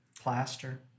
plaster